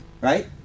Right